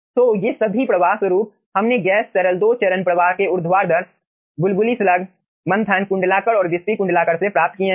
तो ये सभी प्रवाह स्वरूप हमने गैस तरल दो चरण प्रवाह के ऊर्ध्वाधर बुलबुली स्लग मंथन कुंडलाकार और विस्पी कुंडलाकार से प्राप्त किए हैं